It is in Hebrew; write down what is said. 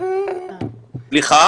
בן אדם יהיה סגור ו -- סליחה?